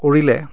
কৰিলে